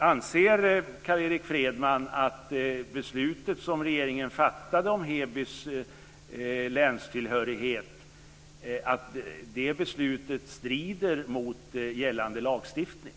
Anser Carl-Erik Skårman att det beslut som regeringen fattade om Hebys länstillhörighet strider mot gällande lagstiftning?